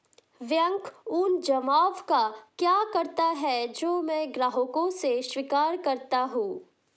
Bank उन जमाव का क्या करता है जो मैं ग्राहकों से स्वीकार करता हूँ?